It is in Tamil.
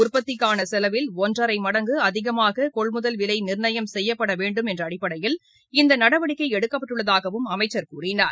உற்பத்திக்காளசெலவில் ஒன்றரைமடங்குஅதிகமாககொள்முதல் விலைநிர்ணயம் செய்யவேண்டும் என்றஅடிப்படையில் இந்தநடவடிக்கைஎடுக்கப்பட்டுள்ளதாகவும் அமைச்சர் கூறினார்